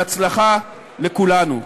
בהצלחה לכולנו.